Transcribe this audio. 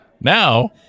Now